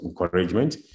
encouragement